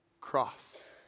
cross